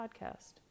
podcast